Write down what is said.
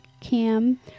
cam